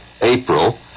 April